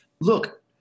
Look